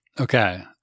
Okay